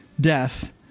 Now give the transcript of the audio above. death